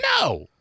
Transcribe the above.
No